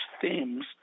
themes